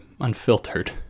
unfiltered